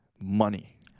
money